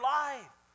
life